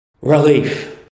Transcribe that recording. relief